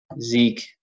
Zeke